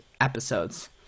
episodes